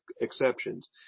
exceptions